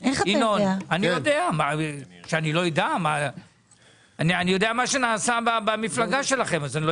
נגיד בנק ישראל ייקחו בחשבון שהבנקים עצמם מוכנים